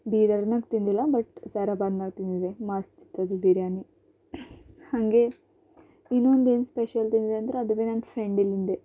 ಬೀದರ್ನಾಗ ತಿಂದಿಲ್ಲ ಬಟ್ ಸಾರಾಬಾದ್ನಾಗ ತಿಂದಿದ್ದೆ ಮಸ್ತಿದ್ದಿತ್ತು ಬಿರಿಯಾನಿ ಹಂಗೆ ಇನ್ನೊಂದೇನು ಸ್ಪೆಷಲ್ ತಿಂದಿದ್ದೆ ಅಂದರೆ ಅದು ಬಿ ನನ್ನ ಫ್ರೆಂಡಿಂದೇ